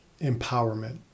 empowerment